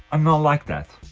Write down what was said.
i'm not like that.